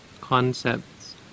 concepts